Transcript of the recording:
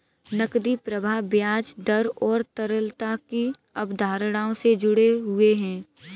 नकदी प्रवाह ब्याज दर और तरलता की अवधारणाओं से जुड़े हुए हैं